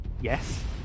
yes